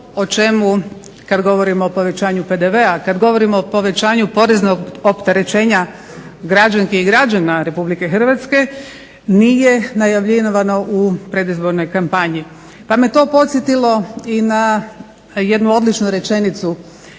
o čemu kada govorimo o povećanju PDV-a kada govorimo o povećanju poreznog opterećenja građanki i građana RH nije najavljivano u predizbornoj kampanji. Pa me to podsjetilo na jednu odličnu rečenicu,